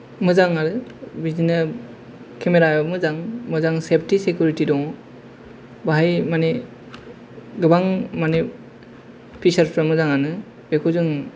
मोजांआनो बिदिनो केमेरा मोजां मोजां सेफति सिकिउरिति दं बेवहाय माने गोबां माने फिचोर्सबो मोजांआनो बेखौ जों